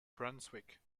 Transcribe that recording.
brunswick